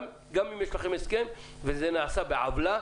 גם אם יש לכם הסכם וזה נעשה בעוולה,